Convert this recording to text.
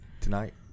Tonight